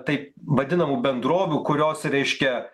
taip vadinamų bendrovių kurios reiškia